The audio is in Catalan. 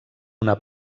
una